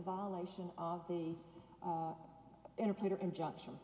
violation of the interpreter injunction